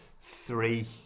three